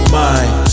mind